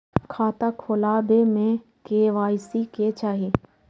खाता खोला बे में के.वाई.सी के चाहि?